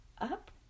up